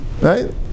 right